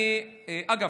אגב,